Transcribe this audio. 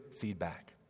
feedback